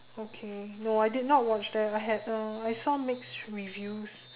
okay no I did not watch that I had uh I saw mixed reviews